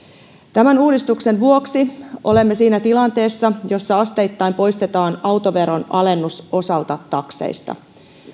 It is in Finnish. tämän uudistuksen vuoksi olemme siinä tilanteessa että asteittain poistetaan autoveron alennus osasta takseista